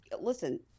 listen